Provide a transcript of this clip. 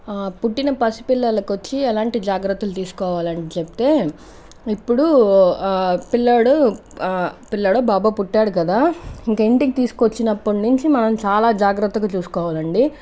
పుట్టిన పసిపిల్లలకు వచ్చి ఎలాంటి జాగ్రత్తలు తీసుకోవాలని చెపితే ఇప్పుడు పిల్లోడు పిల్లాడో బాబు పుట్టాడు కదా ఇంక ఇంటికి తీసుకొచ్చినప్పటినుంచి మనం చాలా జాగ్రత్తగా చూసుకోవాలండి